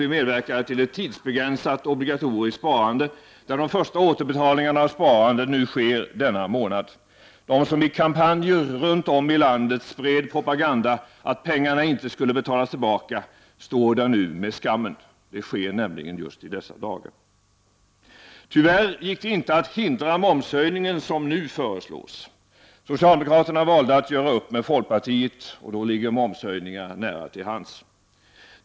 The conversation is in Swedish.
Vi medverkade till ett tidsbegränsat obligatoriskt sparande, där de första återbetalningarna av sparande nu sker denna månad. De som i kampanjer runt om i landet spred propagandan att pengarna inte skulle betalas tillbaka, står där nu med skammen. Det sker nämligen just i dagarna. Tyvärr gick det inte att hindra den momshöjning, som nu föreslås. Socialdemokraterna valde att göra upp med folkpartiet, och då låg momshöjningar nära till hands.